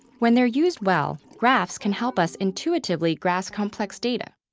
when they're used well, graphs can help us intuitively grasp complex data.